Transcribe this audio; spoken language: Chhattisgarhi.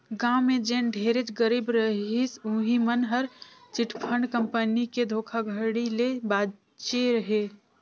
गाँव में जेन ढेरेच गरीब रहिस उहीं मन हर चिटफंड कंपनी के धोखाघड़ी ले बाचे हे